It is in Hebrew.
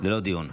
ללא דיון.